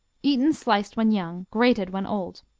eaten sliced when young, grated when old.